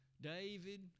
David